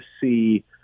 see